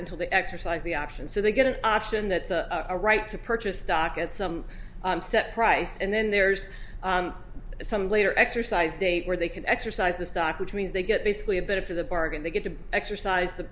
until they exercise the option so they get an option that a right to purchase stock at some set price and then there's some later exercise date where they can exercise the stock which means they get basically a better for the bargain they get to exercise th